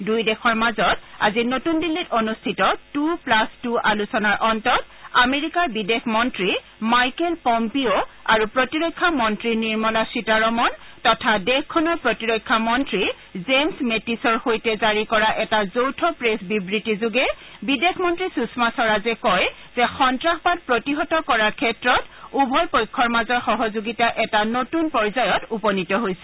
দুয়োদেশৰ মাজত আজি নতুন দিল্লীত অনুষ্ঠিত টু প্লাছ টু আলোচনাৰ অন্তত আমেৰিকাৰ বিদেশ মন্ত্ৰী মাইকেল পম্পিঅ' আৰু প্ৰতিৰক্ষা মন্ত্ৰী নিৰ্মলা সীতাৰমন তথা দেশখনৰ প্ৰতিৰক্ষা মন্ত্ৰী জেমছ মেটিছৰ সৈতে জাৰি কৰা এটা যৌথ প্ৰেছ বিবৃতিযোগে বিদেশ মন্ত্ৰী সুষমা স্বৰাজে কয় যে সন্নাসবাদ প্ৰতিহত কৰাৰ ক্ষেত্ৰত উভয় পক্ষৰ মাজৰ সহযোগিতা এটা নতুন পৰ্যায়ত উপনীত হৈছে